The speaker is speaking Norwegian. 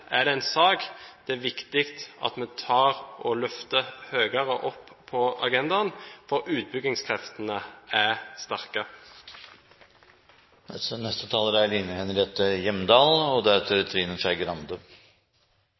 er en sak det er viktig at vi løfter høyere opp på agendaen, for utbyggingskreftene er sterke.